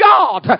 God